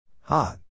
Hot